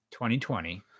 2020